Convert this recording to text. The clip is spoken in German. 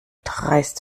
dreist